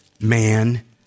Man